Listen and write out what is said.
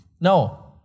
No